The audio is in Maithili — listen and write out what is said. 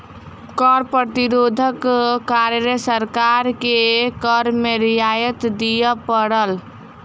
कर प्रतिरोधक कारणें सरकार के कर में रियायत दिअ पड़ल